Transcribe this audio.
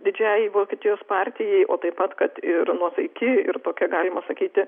didžiajai vokietijos partijai o taip pat kad ir nuosaiki ir tokia galima sakyti